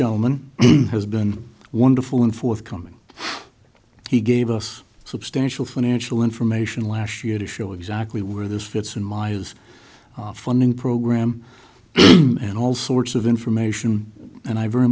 gentleman has been wonderful and forthcoming he gave us substantial financial information last year to show exactly where this fits in my is funding program and all sorts of information and i very